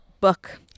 book